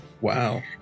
Wow